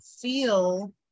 feel